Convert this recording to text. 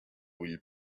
will